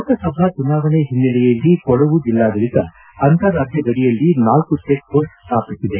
ಲೋಕಸಭಾ ಚುನಾವಣೆ ಹಿನ್ನಲೆಯಲ್ಲಿ ಕೊಡಗು ಜಿಲ್ಲಾಡಳಿತ ಅಂತರ್ ರಾಜ್ಯ ಗಡಿಯಲ್ಲಿ ನಾಲ್ಲು ಚೆಕ್ ಪೋಸ್ಟ್ ಸ್ಟಾಪಿಸಿದೆ